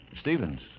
Stevens